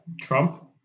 Trump